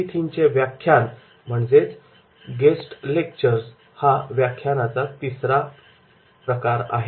अतिथींचे व्याख्यान हा व्याख्यानाचा तिसरा प्रकार आहे